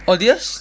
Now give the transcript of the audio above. orh they just